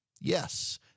Yes